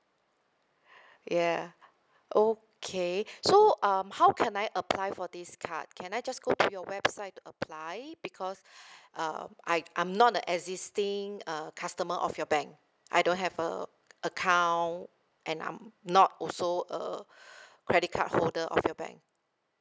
ya okay so um how can I apply for this card can I just go to your website to apply because um I I'm not an existing uh customer of your bank I don't have a account and I'm not also a credit card holder of your bank